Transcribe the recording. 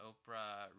Oprah